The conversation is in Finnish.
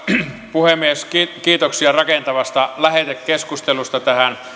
puhemies kiitoksia rakentavasta lähetekeskustelusta tähän